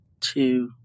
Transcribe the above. two